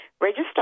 Register